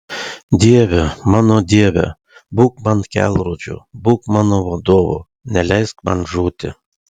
dieve mano dieve būk man kelrodžiu būk mano vadovu neleisk man žūti